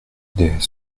des